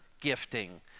gifting